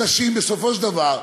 בסופו של דבר,